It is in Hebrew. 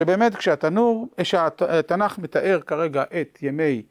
‫ובאמת, כשהתנ"ך מתאר כרגע ‫את ימי...